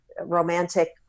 romantic